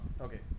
Okay